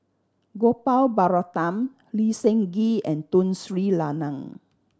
Gopal Baratham Lee Seng Gee and Tun Sri Lanang